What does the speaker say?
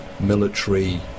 military